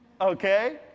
Okay